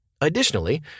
Additionally